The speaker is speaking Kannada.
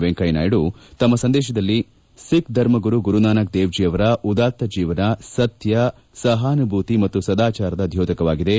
ವೆಂಕಯ್ಯನಾಯ್ಲು ತಮ್ಮ ಸಂದೇಶದಲ್ಲಿ ಸಿಖ್ ಧರ್ಮಗುರು ಗುರುನಾನಕ್ ದೇವ್ಜಿ ಅವರ ಉದಾತ್ತ ಜೀವನ ಸತ್ಯ ಸಹಾನುಭೂತಿ ಮತ್ತು ಸದಾಚಾರದ ಧ್ಯೋತಕವಾಗಿದೆ